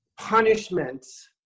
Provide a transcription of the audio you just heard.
punishments